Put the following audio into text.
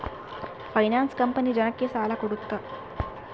finance company ಜನಕ್ಕ ಸಾಲ ಕೊಡುತ್ತೆ